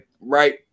right